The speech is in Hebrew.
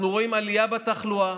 אנחנו רואים עלייה בתחלואה,